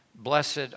Blessed